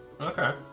Okay